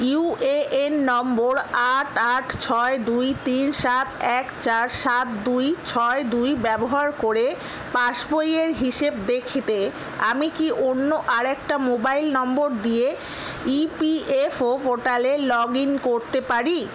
you A N নম্বর আট আট ছয় দুই তিন সাত এক চার সাত দুই ছয় দুই ব্যবহার করে পাসবইয়ের হিসেব দেখতে আমি কি অন্য আরেকটা মোবাইল নম্বর দিয়ে ই পি এফ ও পোর্টালে লগ ইন করতে পারি